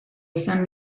izan